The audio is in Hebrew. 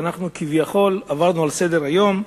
ואנחנו כביכול עברנו לסדר-היום.